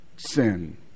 sin